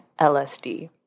LSD